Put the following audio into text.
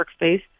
workspace